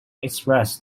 express